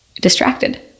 distracted